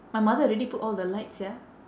my mother already put all the light sia